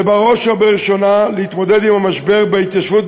ובראש ובראשונה להתמודד עם המשבר בהתיישבות,